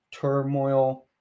turmoil